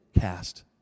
cast